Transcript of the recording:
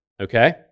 okay